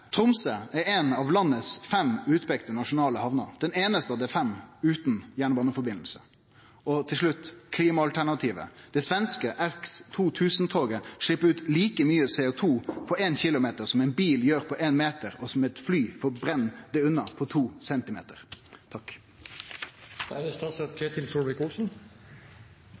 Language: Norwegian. nasjonale hamner, den einaste av dei fem utan jernbaneforbindelse. Og til slutt klimaalternativet: Det svenske X2000-toget slepp ut like mykje CO2 på ein kilometer som ein bil gjer på ein meter, og som eit fly gjer på to centimeter. Jeg vil si takk til interpellanten for å reise en viktig diskusjon. Nordområdesatsingen står tungt i regjeringen og blant samarbeidspartiene. Det